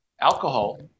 alcohol